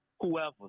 Whoever